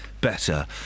better